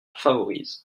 favorise